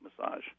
massage